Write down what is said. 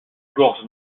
gorge